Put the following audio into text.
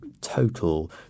total